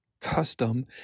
custom